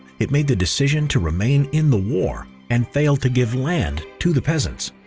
it made the decision to remain in the war and failed to give land to the peasants.